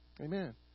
Amen